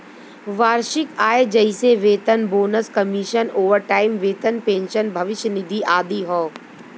वार्षिक आय जइसे वेतन, बोनस, कमीशन, ओवरटाइम वेतन, पेंशन, भविष्य निधि आदि हौ